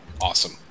awesome